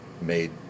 made